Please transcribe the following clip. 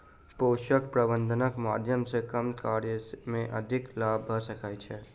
पोषक प्रबंधनक माध्यम सॅ कम कार्य मे अधिक लाभ भ सकै छै